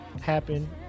happen